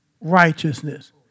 righteousness